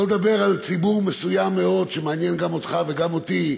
שלא לדבר על ציבור מסוים מאוד שמעניין גם אותך וגם אותי,